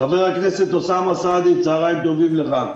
חבר הכנסת אוסאמה סעדי, צוהריים טובים לך.